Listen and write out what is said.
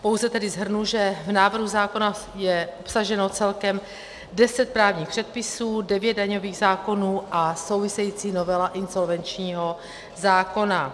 Pouze tedy shrnu, že v návrhu zákona je obsaženo celkem deset právních předpisů, devět daňových zákonů a související novela insolvenčního zákona.